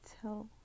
tell